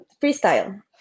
freestyle